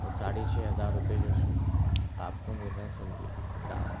ساڑھے چھ ہزار روپئے جو سو آپ کو مل رہے ہیں سمجھیے کرایہ